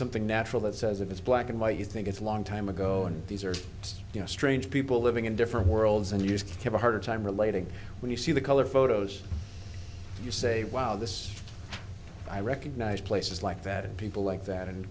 something natural that says if it's black and white you think it's a long time ago and these are you know strange people living in different worlds and you just kept hard time relating when you see the color photos you say wow this i recognize places like that and people like that and